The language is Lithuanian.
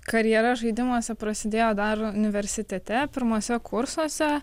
karjera žaidimuose prasidėjo dar universitete pirmuose kursuose